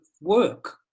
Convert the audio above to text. work